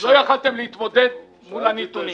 לא יכולתם להתמודד מול הנתונים.